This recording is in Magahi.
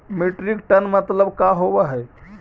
मीट्रिक टन मतलब का होव हइ?